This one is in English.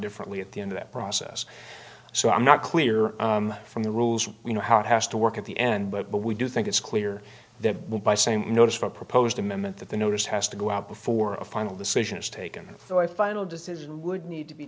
differently at the end of that process so i'm not clear from the rules you know how it has to work at the end but we do think it's clear that we'll buy same notice for a proposed amendment that the notice has to go out before a final decision is taken so i final decision would need to be